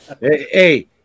hey